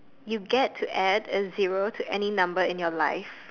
you get to add a zero to any number in your life